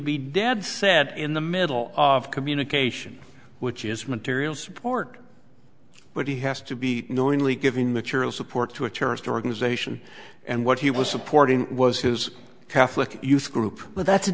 be dead set in the middle of communication which is material support but he has to be knowingly giving material support to a terrorist organization and what he was supporting was his catholic youth group but that's